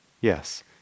Yes